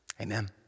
Amen